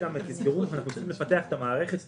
תזכרו שאנחנו צריכים לפתח את המערכת,